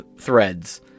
threads